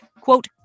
quote